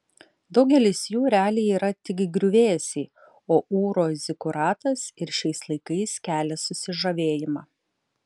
daugelis jų realiai yra tik griuvėsiai o ūro zikuratas ir šiais laikais kelia susižavėjimą